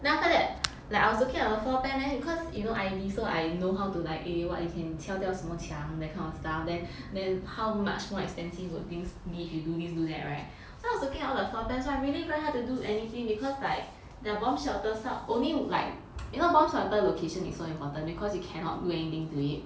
then after that like I was looking at the floor plan cause you know I_D so I know how to like eh what you can 敲掉什么墙 that kind of stuff then then how much more expensive would things be if you do this do that [right] so I was looking at all the floor plans like really very hard to do anything cause like the bomb shelter some only like you know bomb shelter location is so important because you cannot do anything to it